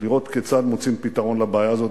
לראות כיצד מוצאים פתרון לבעיה הזאת.